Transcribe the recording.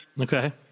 Okay